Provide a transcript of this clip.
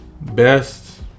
best